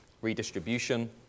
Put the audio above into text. redistribution